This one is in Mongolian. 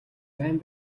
байн